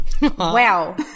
Wow